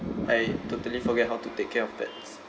I totally forget how to take care of pets